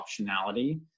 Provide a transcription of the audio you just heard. optionality